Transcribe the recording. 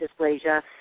dysplasia